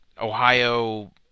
Ohio